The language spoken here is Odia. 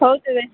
ହଉ ତେବେ